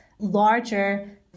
larger